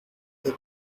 that